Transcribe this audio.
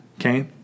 Okay